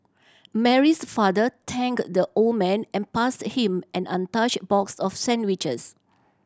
Mary's father thanked the old man and passed him an untouched box of sandwiches